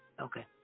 Okay